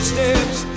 Steps